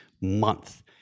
Month